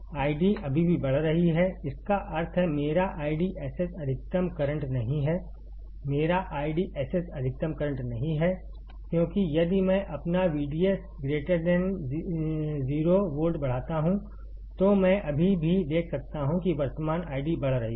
ID अभी भी बढ़ रही है इसका अर्थ है मेरा IDSS अधिकतम करंट नहीं है मेरा IDSS अधिकतम करंट नहीं है क्योंकि यदि मैं अपना VDS 0 वोल्ट बढ़ाता हूं तो मैं अभी भी देख सकता हूं कि वर्तमान आईडी बढ़ रही है